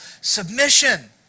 submission